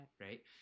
right